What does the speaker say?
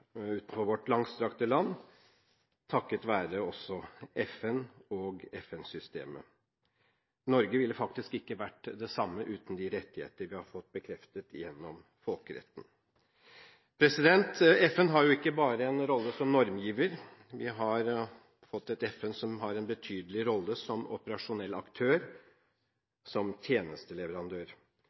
vårt langstrakte land, takket være også FN og FN-systemet. Norge ville faktisk ikke vært det samme uten rettighetene vi har fått bekreftet gjennom folkeretten. FN har ikke bare en rolle som normgiver. Vi har fått et FN som har en betydelig rolle som operasjonell aktør og tjenesteleverandør.